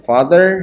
Father